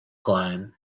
climb